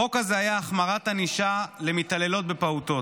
החוק הזה היה החמרת ענישה למתעללות בפעוטות.